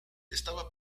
estaba